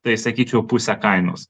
tai sakyčiau pusę kainos